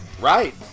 right